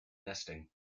nesting